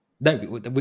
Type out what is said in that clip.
no